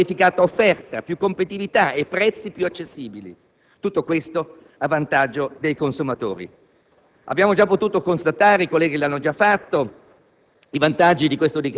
una maggiore e più qualificata offerta, più competitività e prezzi più accessibili, e tutto ciò va a vantaggio dei consumatori. Abbiamo già potuto constatare - i colleghi lo hanno già fatto